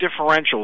differentials